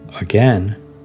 Again